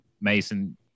Mason